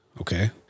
Okay